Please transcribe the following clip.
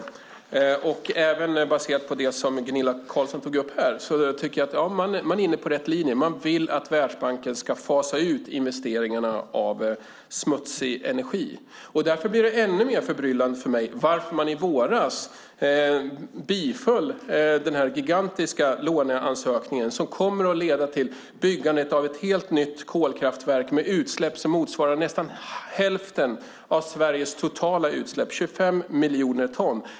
Av det jag har sett hittills och av det som Gunilla Carlsson tog upp här tycker jag att det framgår att man är inne på rätt linje. Man vill att Världsbanken ska fasa ut investeringarna i smutsig energi. Därför blir det ännu mer förbryllande för mig att man i våras biföll denna gigantiska låneansökan som kommer att leda till byggandet av ett helt nytt kolkraftverk med utsläpp som motsvarar nästan hälften av Sveriges totala utsläpp - 25 miljoner ton.